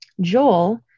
Joel